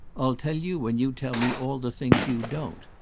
i'll tell you when you tell me all the things you don't.